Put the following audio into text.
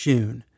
June